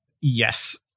Yes